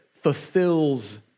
fulfills